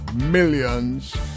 millions